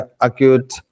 acute